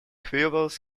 pupils